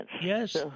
Yes